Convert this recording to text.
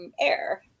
air